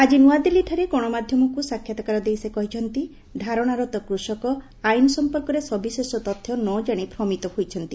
ଆଜି ନୂଆଦିଲ୍ଲୀଠାରେ ଗଣମାଧ୍ଧମକୁ ସାକ୍ଷାତକାର ଦେଇ ସେ କହିଛନ୍ତି ଧାରଶାରତ କୃଷକ ଆଇନ ସମ୍ମର୍କରେ ସବିଶେଷ ତଥ୍ୟ ନ କାଶି ଭ୍ରମିତ ହୋଇଛନ୍ତି